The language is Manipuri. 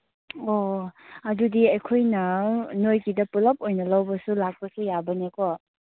ꯑꯣ ꯑꯗꯨꯗꯤ ꯑꯩꯈꯣꯏꯅ ꯅꯣꯏꯁꯤꯗ ꯄꯨꯂꯞ ꯑꯣꯏꯅ ꯂꯧꯕꯁꯨ ꯂꯥꯛꯄꯁꯨ ꯌꯥꯕꯅꯦꯀꯣ